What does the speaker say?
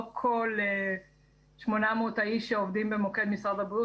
לא כל 800 האיש שעובדים במוקד של משרד הבריאות